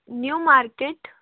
new market